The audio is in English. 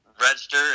register